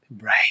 Right